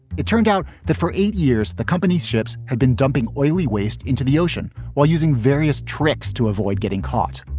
it turned out that for eight years, the company's ships had been dumping oily waste into the ocean while using various tricks to avoid getting caught.